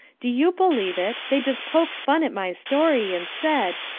do you believe it, they just poked fun at my story, and said,